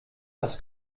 was